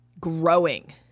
growing